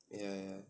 ya